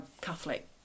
Catholic